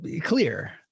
clear